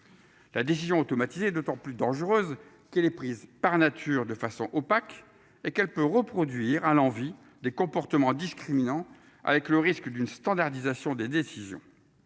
La décision automatisée, d'autant plus dangereuse qu'elle prise par nature de façon opaque et qu'elle peut reproduire à l'envie des comportements discriminants avec le risque d'une standardisation des décisions.